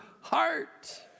heart